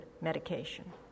medication